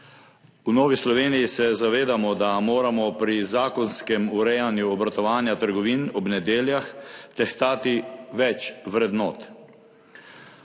V Novi Sloveniji se zavedamo, da moramo pri zakonskem urejanju obratovanja trgovin ob nedeljah tehtati več vrednot.